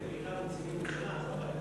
היא מורכבת בעיקר מנציגי הממשלה.